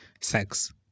sex